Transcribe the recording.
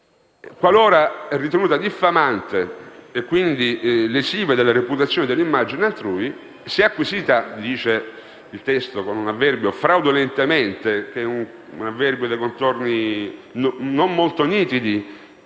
qualora ritenuta diffamante e quindi lesiva della reputazione e dell'immagine altrui, se acquisita, dice il testo, fraudolentemente - è un avverbio dai contorni non molto nitidi,